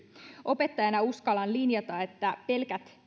opettajana uskallan linjata että pelkät